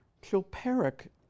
Chilperic